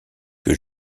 que